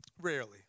rarely